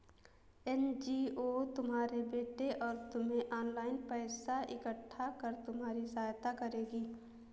NGO तुम्हारे बेटे और तुम्हें ऑनलाइन पैसा इकट्ठा कर तुम्हारी सहायता करेगी